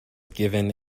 given